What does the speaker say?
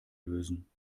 lösen